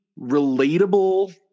relatable